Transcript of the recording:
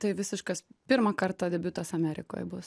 tai visiškas pirmą kartą debiutas amerikoje bus